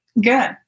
Good